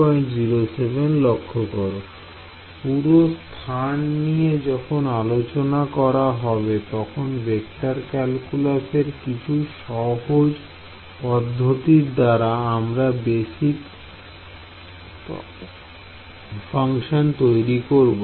পুরো স্থান নিয়ে যখন আলোচনা করা হবে তখন ভেক্টর ক্যালকুলাস এর কিছু সহজ পদ্ধতির দ্বারা আমরা বেসিক তৈরি করব